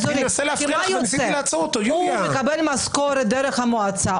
הוא מקבל משכורת דרך המועצה,